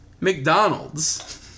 McDonald's